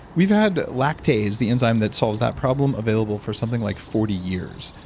we've had lactase, the enzyme that solves that problem available for something like forty years.